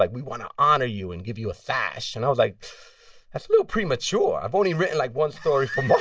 like we want to honor you and give you a sash. and i was like, that's a little premature. i've only written, like, one story for marvel